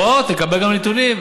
תבוא, תקבל גם נתונים.